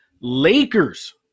Lakers